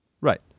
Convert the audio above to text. Right